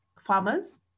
farmers